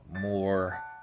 more